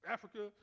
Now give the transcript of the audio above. Africa